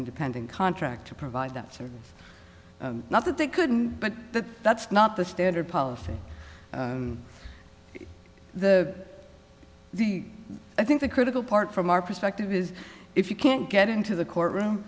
independent contractor provide that service not that they couldn't but that that's not the standard policy the the i think the critical part from our perspective is if you can't get into the courtroom